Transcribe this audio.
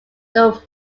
low